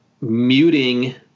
muting